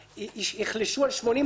יחלשו על 80%,